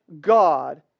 God